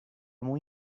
muy